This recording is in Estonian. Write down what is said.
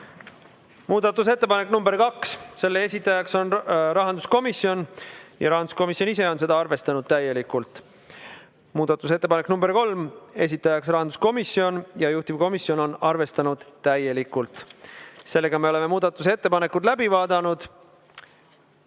Muudatusettepanek nr 2, selle esitaja on rahanduskomisjon ja rahanduskomisjon ise on seda arvestanud täielikult. Muudatusettepanek nr 3, esitanud rahanduskomisjon ja juhtivkomisjon on arvestanud täielikult. Me oleme muudatusettepanekud läbi vaadanud.